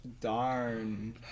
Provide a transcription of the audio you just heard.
Darn